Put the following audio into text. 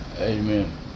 amen